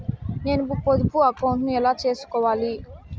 నేను పొదుపు అకౌంటు ను ఎలా సేసుకోవాలి?